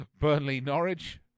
Burnley-Norwich